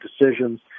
decisions